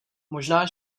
možná